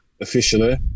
officially